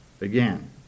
again